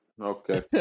Okay